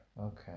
Okay